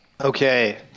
Okay